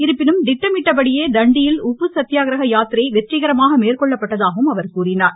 இருப்பினும் திட்டமிட்டபடியே தண்டியில் உப்பு சத்தியாகிரக யாத்திரை வெற்றிகரமாக மேற்கொள்ளப்பட்டதாகவும் அவர் கூறினார்